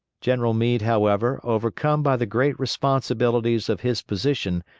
general meade, however, overcome by the great responsibilities of his position,